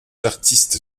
artistes